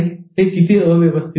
हे किती अव्यवस्थित आहे